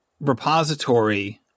repository